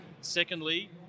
secondly